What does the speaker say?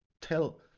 tell